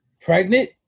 Pregnant